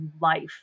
Life